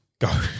Go